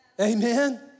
Amen